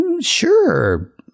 Sure